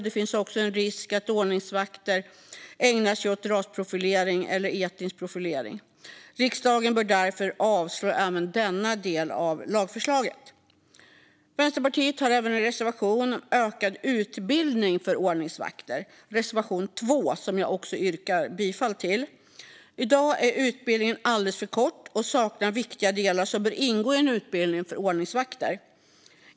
Det finns också en risk att ordningsvakter ägnar sig åt rasprofilering eller etnisk profilering. Riksdagen bör därför avslå även denna del av lagförslaget. Vänsterpartiet har även en reservation om ökad utbildning för ordningsvakter, reservation 2, som jag också yrkar bifall till. Dagens utbildning är alldeles för kort och saknar viktiga delar som bör ingå i en utbildning för ordningsvakter.